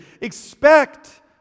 Expect